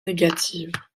négatives